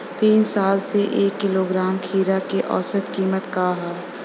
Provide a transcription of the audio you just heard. तीन साल से एक किलोग्राम खीरा के औसत किमत का ह?